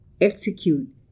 execute